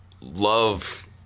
love